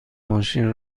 ماشین